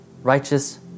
righteous